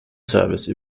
service